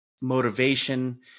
motivation